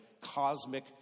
cosmic